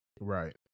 Right